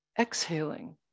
Exhaling